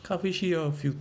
咖啡需要 fil~